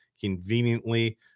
conveniently